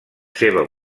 seva